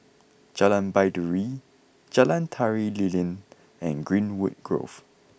Jalan Baiduri Jalan Tari Lilin and Greenwood Grove